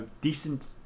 decent